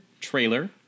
trailer